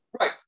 Right